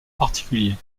particulier